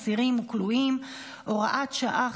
אסירים וכלואים (הוראת שעה,